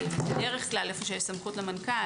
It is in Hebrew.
בדרך כלל איפה שיש סמכות למנכ"ל,